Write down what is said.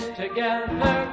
together